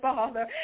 Father